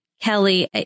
Kelly